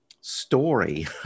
story